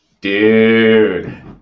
Dude